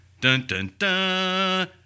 Dun-dun-dun